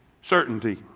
certainty